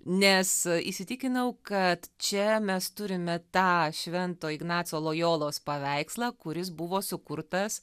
nes įsitikinau kad čia mes turime tą švento ignaco lojolos paveikslą kuris buvo sukurtas